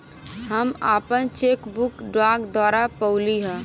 हम आपन cheque book डाक द्वारा पउली है